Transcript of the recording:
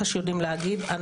להגיד,